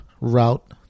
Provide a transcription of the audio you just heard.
route